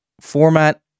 format